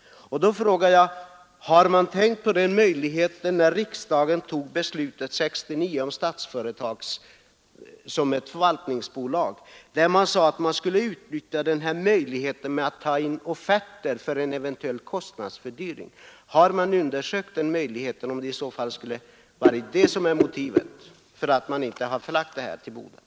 Därför vill jag ställa följande fråga: Har man tänkt på den möjlighet som skapades i och med att riksdagen år 1969 fattade sitt beslut om inrättandet av förvaltningsbolaget Statsföretag att ta in offerter för en eventuell kostnadsfördyring? Har man, för den händelse att det är det som är motivet för att företaget inte förlagts till Boden, undersökt denna möjlighet?